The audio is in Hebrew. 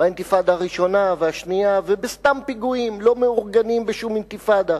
באינתיפאדה הראשונה והשנייה ובסתם פיגועים לא מאורגנים בשום אינתיפאדה.